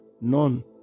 None